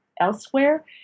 elsewhere